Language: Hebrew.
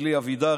אלי אבידר,